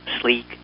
sleek